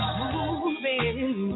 moving